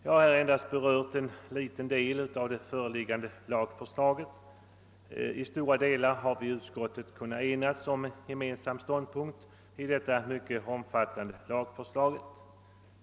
Jag har endast berört en liten del av föreliggande lagförslag. I stora delar har utskottet kunnat enas om en gemensam ståndpunkt i detta mycket omfattande lagförslag.